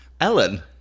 Ellen